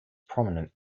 prominent